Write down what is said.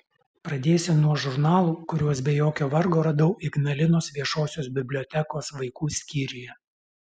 pradėsiu nuo žurnalų kuriuos be jokio vargo radau ignalinos viešosios bibliotekos vaikų skyriuje